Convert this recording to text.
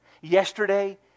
yesterday